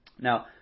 Now